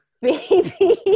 baby